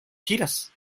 giras